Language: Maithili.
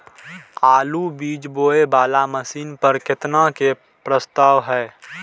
आलु बीज बोये वाला मशीन पर केतना के प्रस्ताव हय?